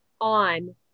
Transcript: on